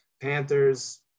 Panthers